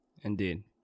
Indeed